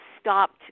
stopped